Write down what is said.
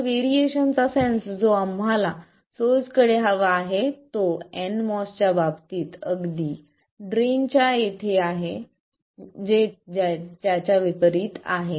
तर व्हेरिएशन चा सेन्स जो आम्हाला सोर्स कडे हवा आहे तो nMOS च्या बाबतीत अगदी ड्रेन च्या येथे जे आहे त्याच्या विपरीत आहे